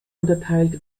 unterteilt